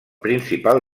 principal